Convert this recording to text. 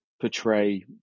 portray